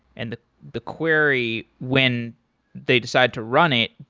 and the the query, when they decide to run it,